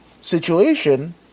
situation